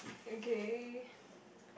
okay